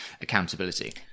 accountability